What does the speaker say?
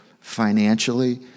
financially